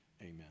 Amen